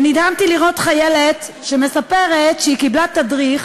ונדהמתי לראות חיילת שמספרת שהיא קיבלה תדריך,